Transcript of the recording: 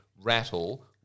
rattle